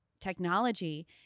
technology